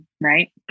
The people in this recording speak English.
right